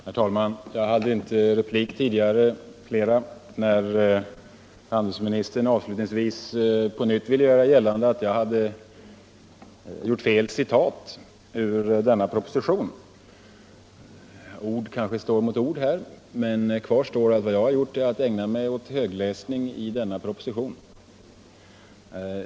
Herr talman! Jag hade inte rätt till flera repliker tidigare, när handelsministern avslutningsvis på nytt ville göra gällande att jag skulle ha citerat fel ur propositionen om EFTA. Ord kanske står mot ord här, men ett faktum är att vad jag gjort är att jag har ägnat mig åt högläsning ur denna proposition.